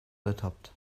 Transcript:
ertappt